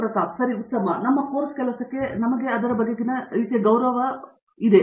ಪ್ರತಾಪ್ ಹರಿಡೋಸ್ ಸರಿ ಉತ್ತಮ ಮತ್ತು ನಮ್ಮ ಕೋರ್ಸ್ ಕೆಲಸಕ್ಕೆ ನಮಗೆ ಅದರ ಬಗೆಗಿನ ರೀತಿಯ ವಿವರ ಮತ್ತು ಗೌರವವನ್ನು ಹೇಳಲು ತಯಾರಿ ತಿಳಿದಿದೆ